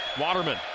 Waterman